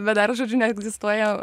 dar žodžiu neegzistuoja